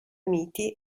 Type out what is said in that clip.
miti